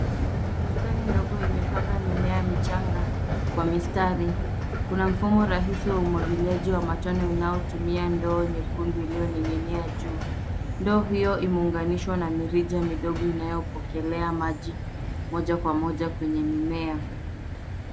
Bustani ndogo imepandwa mimea michanga kwa mistari. Kuna mfumo rahisi wa umwagiliaji wa matone unaotumia ndoo nyekundu iliyoniniginia juu. Ndoo hiyo imeunganishwa na mirija midogo inayopokelea maji moja kwa moja kwenye mimea.